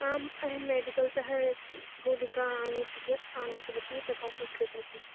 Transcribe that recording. आम् अहम् मेडिकल् तः गुलिका आनीतव आनीतवती तथा स्वीकृतवती